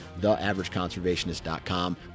Theaverageconservationist.com